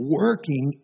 working